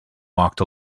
walked